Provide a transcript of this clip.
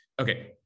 Okay